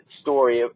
story